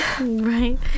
Right